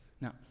Now